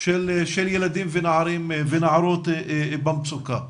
של ילדים ונערים ונערות במצוקה.